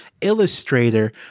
illustrator